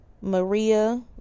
Maria